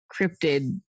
cryptid